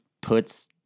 puts